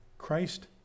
Christ